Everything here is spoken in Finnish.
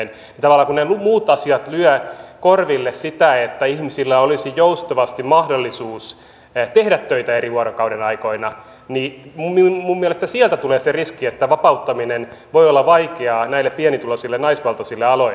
tavallaan kun ne muut asiat lyövät korville sitä että ihmisillä olisi joustavasti mahdollisuus tehdä töitä eri vuorokauden aikoina minun mielestäni sieltä tulee se riski että vapauttaminen voi olla vaikeaa näille pienituloisille naisvaltaisille aloille